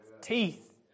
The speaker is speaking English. teeth